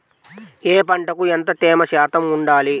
ఏ పంటకు ఎంత తేమ శాతం ఉండాలి?